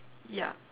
ya